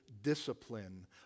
discipline